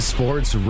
Sports